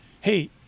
Hey